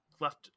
left